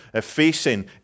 facing